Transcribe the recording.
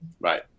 Right